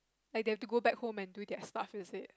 like they have to go back home and do their stuff is it